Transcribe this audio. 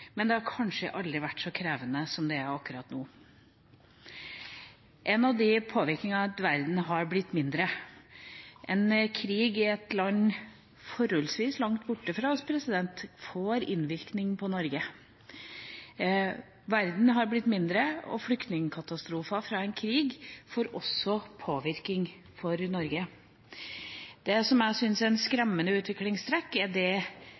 men det har kanskje aldri vært så krevende som det er akkurat nå. Verden har blitt mindre; en krig i et land forholdsvis langt borte fra oss får innvirkning på Norge. Verden har blitt mindre, og flyktningkatastrofer fra en krig påvirker også Norge. Det som jeg syns er skremmende utviklingstrekk, er